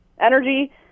Energy